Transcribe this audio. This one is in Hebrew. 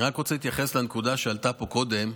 אני רק רוצה להתייחס לנקודה שעלתה פה קודם.